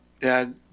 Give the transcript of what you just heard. dad